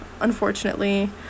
unfortunately